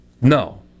No